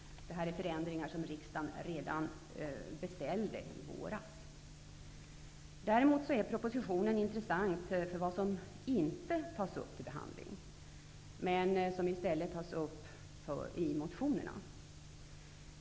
Det är förändringar som riksdagen beställde redan i våras. Däremot är propositionen intressant när det gäller vad som inte tas upp till behandling men som i stället tas upp i motionerna.